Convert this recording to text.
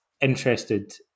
interested